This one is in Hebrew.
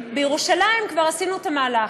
בירושלים כבר עשינו את המהלך.